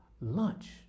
lunch